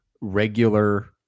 regular